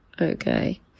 Okay